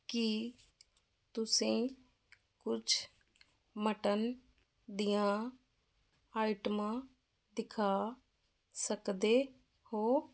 ਕੀ ਤੁਸੀਂ ਕੁਝ ਮੱਟਨ ਦੀਆਂ ਆਈਟਮਾਂ ਦਿਖਾ ਸਕਦੇ ਹੋ